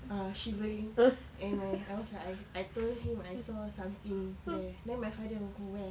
uh shivering anyway I was like I told him I saw something there then my father look go where